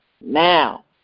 now